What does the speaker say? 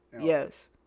yes